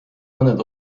mõned